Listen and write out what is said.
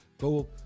go